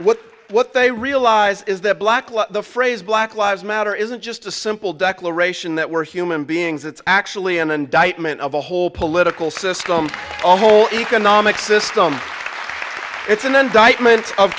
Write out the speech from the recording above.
what what they realize is that black the phrase black lives matter isn't just a simple declaration that we're human beings it's actually an indictment of the whole political system whole economic system it's an indictment of